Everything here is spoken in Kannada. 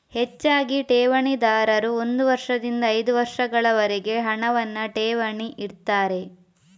ಹೆಚ್ಚಾಗಿ ಠೇವಣಿದಾರರು ಒಂದು ವರ್ಷದಿಂದ ಐದು ವರ್ಷಗಳವರೆಗೆ ಹಣವನ್ನ ಠೇವಣಿ ಇಡ್ತಾರೆ